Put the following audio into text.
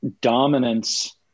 dominance